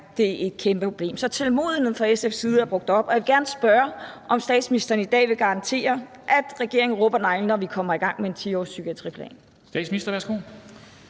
er det et kæmpe problem. Så tålmodigheden fra SF's side er brugt op, og jeg vil gerne spørge, om statsministeren i dag vil garantere, at regeringen rubber neglene og vi kommer i gang med en 10-årspsykiatriplan.